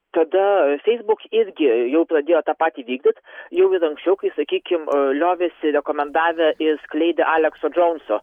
tada facebook irgi jau pradėjo tą patį vykdyt jau ir anksčiau kai sakykim liovėsi rekomendavę ir skleidę alekso džounso